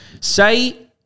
Say